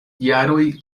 jaroj